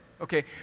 okay